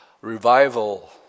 revival